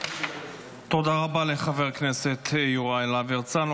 תודה רבה לחבר הכנסת יוראי להב הרצנו.